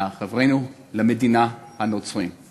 חברינו הנוצרים למדינה.